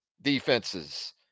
defenses